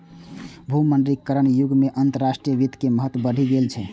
भूमंडलीकरणक युग मे अंतरराष्ट्रीय वित्त के महत्व बढ़ि गेल छै